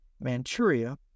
Manchuria